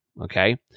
okay